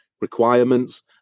requirements